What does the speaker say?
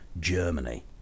Germany